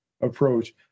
approach